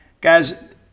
Guys